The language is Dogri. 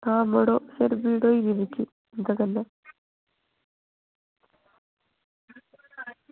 तां मड़ो सिर पीड़ होई जंदी मिगी उंदे कन्नै